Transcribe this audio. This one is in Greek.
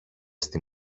στη